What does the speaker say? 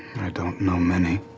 and i don't know many,